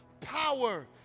power